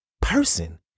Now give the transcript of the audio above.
person